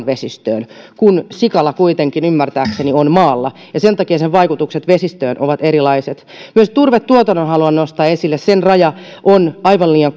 vesistöön kun sikala kuitenkin ymmärtääkseni on maalla ja sen takia sen vaikutukset vesistöön ovat erilaiset myös turvetuotannon haluan nostaa esille sen raja on aivan liian